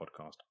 podcast